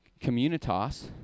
Communitas